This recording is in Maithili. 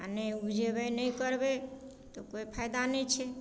आओर नहि उपजेबै नहि करबै तऽ कोइ फायदा नहि छै